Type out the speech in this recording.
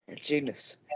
Genius